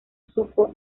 supo